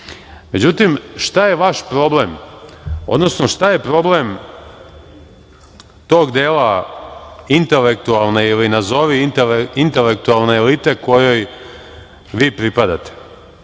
šta je vaš problem, odnosno šta je problem tog dela intelektualne ili nazovi intelektualne elite kojoj vi pripadate?